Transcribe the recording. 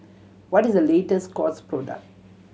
what is the latest Scott's product